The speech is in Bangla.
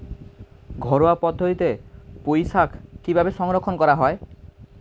ঘরোয়া পদ্ধতিতে পুই শাক কিভাবে সংরক্ষণ করা হয়?